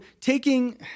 taking